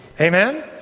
Amen